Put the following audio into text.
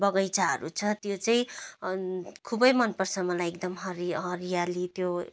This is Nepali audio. बगैँचाहरू छ त्यो चाहिँ खुब मन पर्छ मलाई एकदम हरि हरियाली त्यो